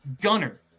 gunner